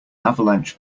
avalanche